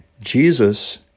Jesus